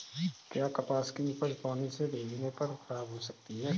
क्या कपास की उपज पानी से भीगने पर खराब हो सकती है?